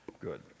Good